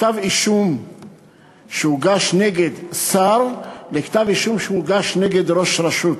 כתב-אישום שהוגש נגד שר לכתב-אישום שהוגש נגד ראש רשות.